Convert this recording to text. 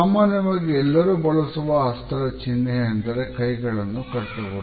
ಸಾಮಾನ್ಯವಾಗಿ ಎಲ್ಲರೂ ಬಳಸುವ ಹಸ್ತದ ಚಿನ್ಹೆ ಅಂದರೆ ಕೈಗಳನ್ನು ಕಟ್ಟುವುದು